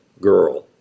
girl